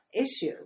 issue